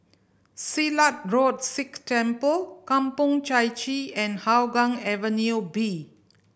Silat Road Sikh Temple Kampong Chai Chee and Hougang Avenue B